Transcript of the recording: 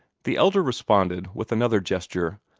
the elder responded with another gesture,